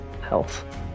health